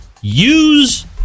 use